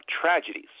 tragedies